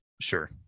sure